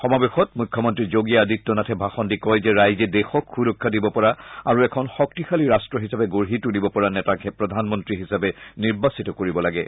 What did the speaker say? সমাবেশত মুখ্যমন্তী যোগী আদিত্য নাথে ভাষণ দি কয় যে ৰাইজে দেশক সুৰক্ষা দিব পৰা আৰু এখন শক্তিশালী ৰাট্ট হিচাপে গঢ়ি তুলিব পৰা নেতাকহে প্ৰধানমন্ত্ৰী হিচাপে নিৰ্বাচিত কৰিব লাগে